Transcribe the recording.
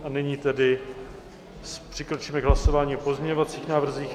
A nyní tedy přikročíme k hlasování o pozměňovacích návrzích.